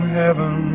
heaven